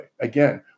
Again